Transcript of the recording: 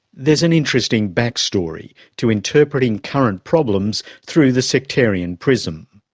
there's an interesting backstory to interpreting current problems through the sectarian prism.